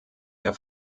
der